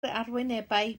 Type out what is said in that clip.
arwynebau